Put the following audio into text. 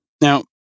Now